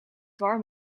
warm